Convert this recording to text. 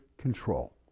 control